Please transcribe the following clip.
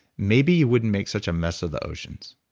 maybe you wouldn't make such a mess of the oceans,